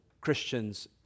Christians